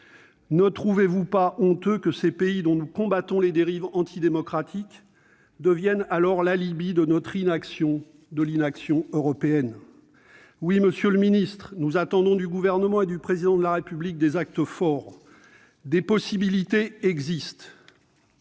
monsieur le ministre, que ces pays dont nous combattons les dérives antidémocratiques deviennent l'alibi de notre inaction, de l'inaction européenne ? Oui, monsieur le ministre, nous attendons du Gouvernement et du Président de la République des actes forts. Des possibilités existent.